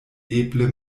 eble